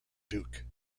duke